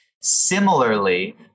Similarly